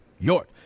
York